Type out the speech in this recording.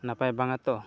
ᱱᱟᱯᱟᱭ ᱵᱟᱝᱟ ᱛᱚ